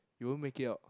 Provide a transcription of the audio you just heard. you won't make it up